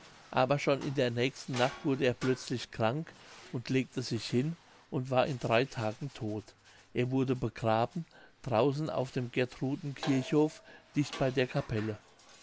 aber schon in der nächsten nacht wurde er plötzlich krank und legte sich hin und war in drei tagen todt er wurde begraben draußen auf dem gertruden kirchhof dicht bei der capelle